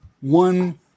one